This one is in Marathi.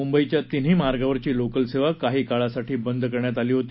मुंबईच्या तिन्ही मार्गावरची लोकल सेवा काही काळासाठी बंद करण्यात आली होती